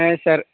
ఆ సరే